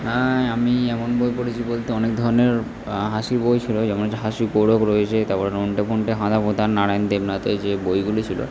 হ্যাঁ আমি এমন বই পড়েছি বলতে অনেক ধরনের হাসির বই ছিলো যেমন হচ্ছে হাসি কোরক রয়েছে তাপর নন্টে ফন্টে হাঁদা ভোঁদা নারায়ণ দেবনাথের যে বইগুলি ছিলো